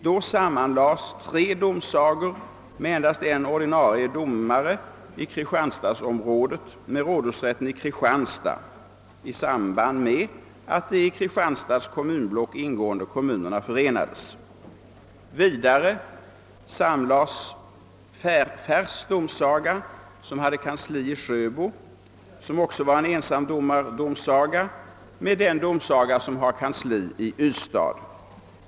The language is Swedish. Då sammanlades, i samband med att de i Kristianstads kommunblock ingående kommunerna förenades, tre domsagor i Kristianstadsområdet med vardera endast en ordinarie domare med rådhusrätten i Kristianstad. Vidare sammanlades Färs domsaga med kansli i Sjöbo, vilken också var en ensamdomardomsasaga, med den domsaga som har kansli i Ystad.